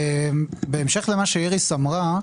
בהמשך למה שאיריס אמרה,